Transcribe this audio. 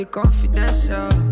confidential